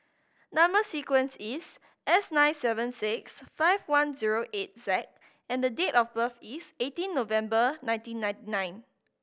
number sequence is S nine seven six five one zero eight Z and date of birth is eighteen November nineteen ninety nine